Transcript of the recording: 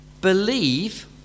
Believe